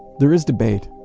there is debate,